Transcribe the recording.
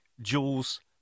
Jules